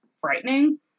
frightening